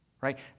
Right